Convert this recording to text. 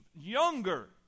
younger